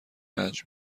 رنج